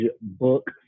book